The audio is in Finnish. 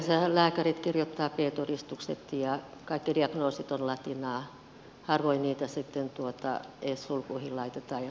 yleensähän lääkärit kirjoittavat b todistukset ja kaikki diagnoosit ovat latinaa harvoin niitä sitten edes sulkuihin suomennetaan